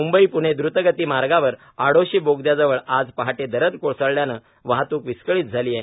मुंबई पुणे द्रतगती मार्गावर आडोशी बोगद्याजवळ आज पहाटे दरड कोसळल्याने वाहतूक विस्कळीत झाली आहे